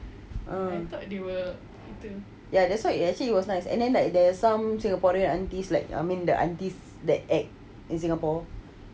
mm ya that's why I said it was nice and then like some singaporean aunties like I mean the aunties that act in singapore